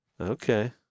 Okay